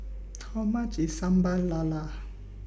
How much IS Sambal Lala